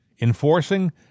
enforcing